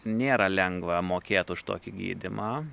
nėra lengva mokėt už tokį gydymą